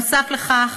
נוסף על כך,